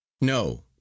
No